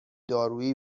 دارویی